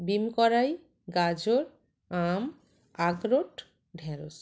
বিন কড়াই গাজর আম আখরোট ঢ্যাঁড়শ